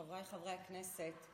חבריי חברי הכנסת,